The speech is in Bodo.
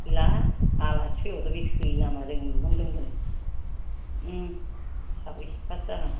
थोआ आलासि फैबाथ' बे थोयो नामा जों बेखौनो लोंगोन साब्रै साबासो जागोन